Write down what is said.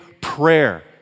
prayer